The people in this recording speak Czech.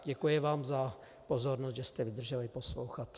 Děkuji vám za pozornost, že jste vydrželi poslouchat.